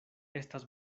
estas